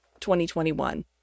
2021